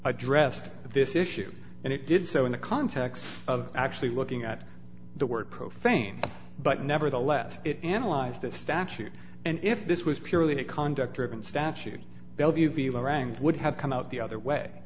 addressed this issue and it did so in the context of actually looking at the word profane but nevertheless it analyzed this statute and if this was purely a conduct driven statute belleview be ranked would have come out the other way